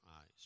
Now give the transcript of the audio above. eyes